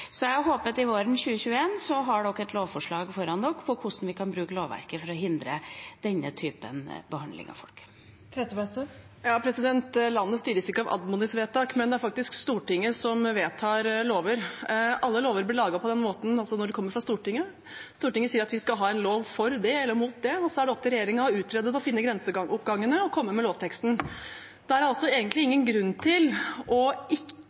Så jeg håper at våren 2021 har representantene på Stortinget et lovforslag foran seg om hvordan vi kan bruke lovverket for å hindre denne typen behandling av folk. Landet styres ikke av anmodningsvedtak, men det er faktisk Stortinget som vedtar lover. Alle lover blir laget på den måten når de kommer fra Stortinget. Stortinget sier at vi skal ha en lov for det eller imot det, og så er det opp til regjeringen å utrede det, finne grenseoppgangene og komme med lovteksten. Det er altså egentlig ingen grunn til ikke å